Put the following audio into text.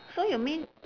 so you mean